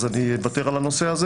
אז אני אוותר על זה.